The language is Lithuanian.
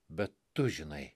bet tu žinai